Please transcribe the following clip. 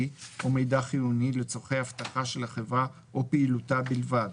או במידע חיוני לצורכי אבטחה של החברה או פעילותה בלבד,